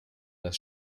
das